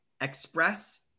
express